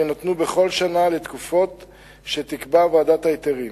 יינתנו בכל שנה לתקופות שתקבע ועדת ההיתרים.